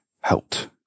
helped